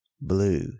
blue